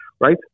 right